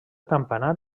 campanar